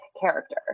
character